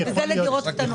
הם התנגדו לדירות קטנות.